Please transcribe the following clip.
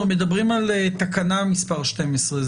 אנחנו מדברים על תקנה מספר 12,